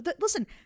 listen